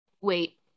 wait